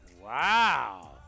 Wow